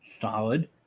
Solid